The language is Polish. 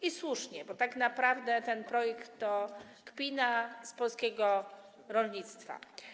I słusznie, bo tak naprawdę ten projekt to kpina z polskiego rolnictwa.